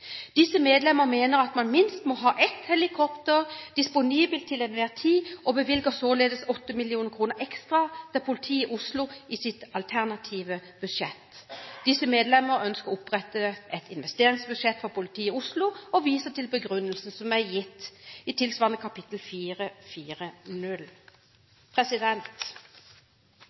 Disse medlemmer mener man minst må ha ett helikopter disponibelt til enhver tid og bevilger således 8 mill. kroner ekstra til politiet i Oslo i sitt alternative budsjett. Disse medlemmer ønsker å opprette et investeringsbudsjett for politiet i Oslo og viser til begrunnelse gitt under tilsvarende kap. I